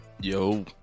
Yo